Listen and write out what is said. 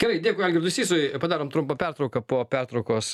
gerai dėkui algirdui sysui padarom trumpą pertrauką po pertraukos